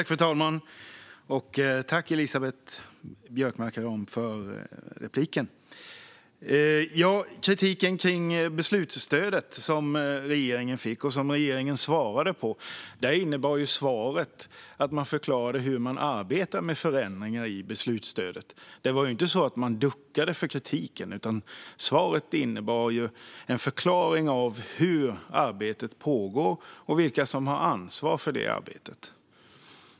Fru talman! Tack, Elisabeth Björnsdotter Rahm, för inlägget! Regeringen fick kritik kring beslutsstödet, och svaret från regeringen innebar att man förklarade hur man arbetar med förändringar i beslutsstödet. Man duckade alltså inte för kritiken, utan man förklarade hur arbetet pågår och vilka som har ansvaret för det arbetet.